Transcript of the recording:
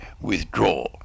withdraw